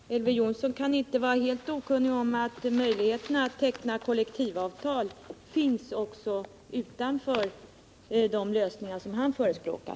Herr talman! Elver Jonsson kan väl inte vara helt okunnig om att möjligheterna att teckna kollektivavtal finns också utanför de lösningar som han förespråkar.